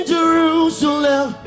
Jerusalem